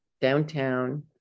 downtown